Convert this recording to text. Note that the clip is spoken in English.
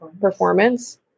Performance